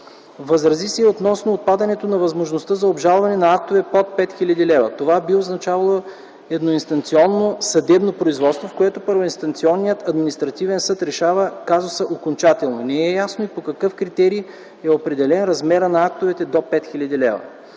Възрази се и относно отпадането на възможността за обжалване на актове до 5000 лв. Това би означавало едноинстанционно съдебно производство, в което първоинстанционният административен съд решава казуса окончателно. Не ясно и по какъв критерий е определен размерът на актовете до 5000 лева.